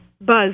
buzz